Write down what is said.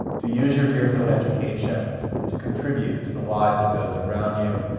to use your deerfield education to contribute to the lives of those around you,